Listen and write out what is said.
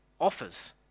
offers